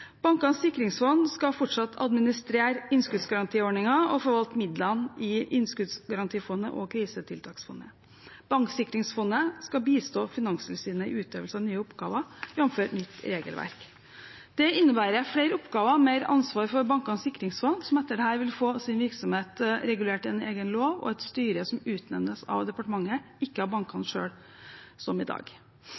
Bankenes sikringsfond skal fortsatt administrere innskuddsgarantiordningen og forvalte midlene i innskuddsgarantifondet og krisetiltaksfondet. Banksikringsfondet skal bistå Finanstilsynet i utøvelse av nye oppgaver, jf. nytt regelverk. Det innebærer flere oppgaver og mer ansvar for Bankenes sikringsfond, som etter dette vil få sin virksomhet regulert i en egen lov og et styre som utnevnes av departementet, ikke av bankene